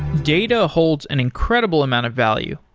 data holds an incredible amount of value,